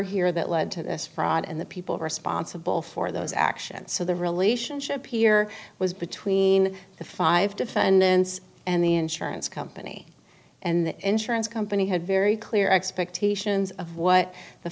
here that led to this fraud and the people responsible for those actions so the relationship here was between the five defendants and the insurance company and the insurance company had very clear expectations of what the